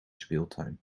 speeltuin